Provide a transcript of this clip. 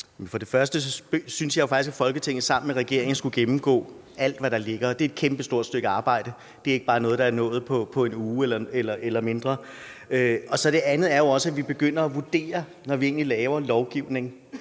For det første synes jeg faktisk, at Folketinget sammen med regeringen skulle gennemgå alt, hvad der ligger, og det er et kæmpestort stykke arbejde. Det er ikke bare noget, der kan nås på en uge eller mindre. Det andet er jo at begynde at vurdere, når vi laver ny lovgivning,